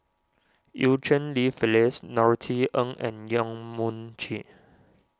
Eu Cheng Li Phyllis Norothy Ng and Yong Mun Chee